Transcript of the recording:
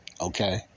Okay